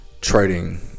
trading –